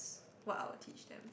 what I would teach them